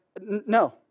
no